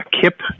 Kip